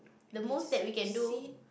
the most that we can do